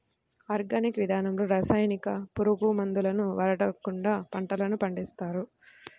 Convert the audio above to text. organic విధానంలో రసాయనిక, పురుగు మందులను వాడకుండా పంటలను పండిస్తారు